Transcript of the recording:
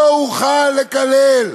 לא אוכל לקלל,